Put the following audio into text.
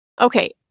Okay